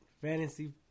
Fantasy